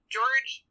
George